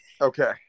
Okay